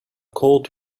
called